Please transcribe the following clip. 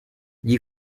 gli